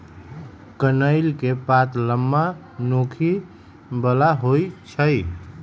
कनइल के पात लम्मा, नोखी बला होइ छइ